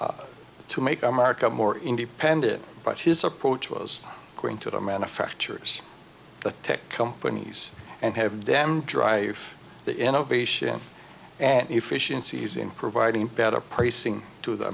to make america more independent but his approach was going to the manufacturers the tech companies and have them drive the innovation and efficiencies in providing better pricing to the